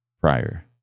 prior